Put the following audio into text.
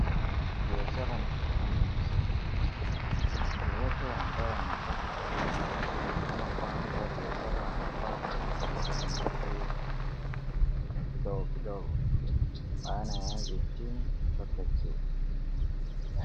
Biashara ni kitu muhimu sana. Yeyote ambaye anataka kufanya ama kuanza biashara anafaa azingatie kidogo kidogo. Maana anze chini mpaka juu.